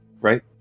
Right